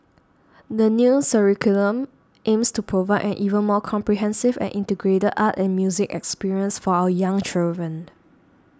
the new curriculum aims to provide an even more comprehensive and integrated art and music experience for our young children